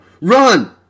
run